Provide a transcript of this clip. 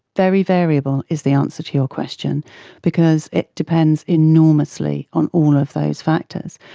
very variable is the answer to your question because it depends enormously on all of those factors.